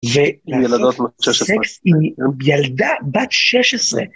עם ילדות בת 16. עם בת 16.